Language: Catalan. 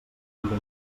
figa